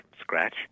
scratch